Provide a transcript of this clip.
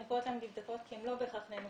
ואני קוראת להן נבדקות כי הן לא בהכרח נאנסות.